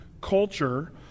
culture